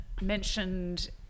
mentioned